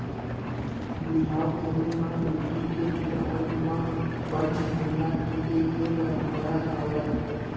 बिहाव घरी म बेटी के टिकावन म पंचहड़ टीके के परंपरा हावय